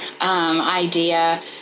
idea